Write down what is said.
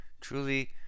truly